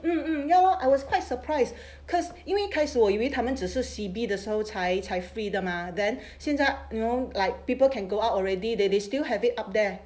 mm mm ya lor I was quite surprised cause 因为开始我以为他们只是 C_B 的时候才才 free 的 mah then 现在 you know like people can go out already they they still have it up there